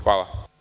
Hvala.